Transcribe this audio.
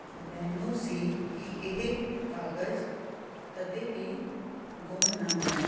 ਮੈਨੂੰ ਸੀ ਕਿ ਇਹ ਕਾਗਜ਼ ਕਦੇ ਵੀ ਗੁੰਮ ਨਾ ਹੋਣ